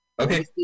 Okay